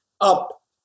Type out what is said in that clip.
up